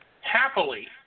Happily